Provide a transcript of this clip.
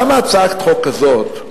למה הצעת חוק כזאת,